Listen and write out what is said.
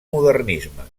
modernisme